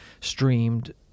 streamed